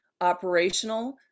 operational